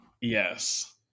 Yes